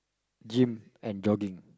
gym and jogging